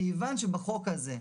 כיוון שבחוק הזה,